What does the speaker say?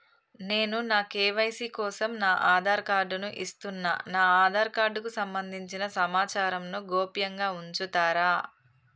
నేను నా కే.వై.సీ కోసం నా ఆధార్ కార్డు ను ఇస్తున్నా నా ఆధార్ కార్డుకు సంబంధించిన సమాచారంను గోప్యంగా ఉంచుతరా?